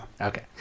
Okay